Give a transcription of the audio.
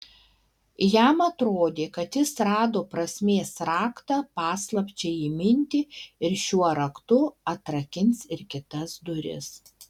jam atrodė kad jis rado prasmės raktą paslapčiai įminti ir šiuo raktu atrakins ir kitas duris